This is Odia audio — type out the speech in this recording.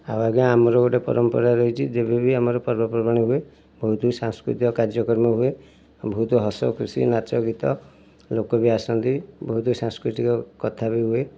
ଆଉ ଆଜ୍ଞା ଆମର ଗୋଟେ ପରମ୍ପରା ରହିଛି ଯେବେବି ଆମର ପର୍ବପର୍ବାଣି ହୁଏ ବହୁତବି ସାଂସ୍କୃତିକ କାର୍ଯକ୍ରମ ହୁଏ ବହୁତ ହସଖୁସି ନାଚଗୀତ ଲୋକ ବି ଆସନ୍ତି ବହୁତ ସାଂସ୍କୃତିକ କଥା ବି ହୁଏ